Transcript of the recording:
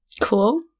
Cool